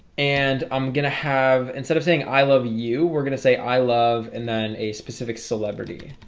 and i'm gonna have instead of saying i love you we're gonna say i love and then a specific celebrity.